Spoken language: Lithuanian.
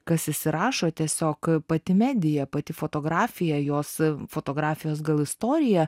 kas išsirašo tiesiog pati medija pati fotografija jos fotografijos gal istorija